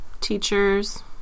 teachers